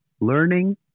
Learning